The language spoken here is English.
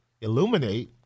illuminate